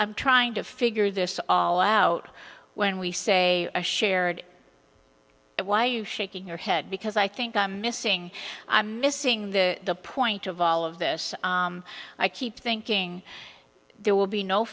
i'm trying to figure this all out when we say a shared why are you shaking your head because i think i'm missing i'm missing the point of all of this i keep thinking there will be no